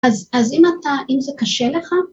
‫אז אם אתה, אם זה קשה לך...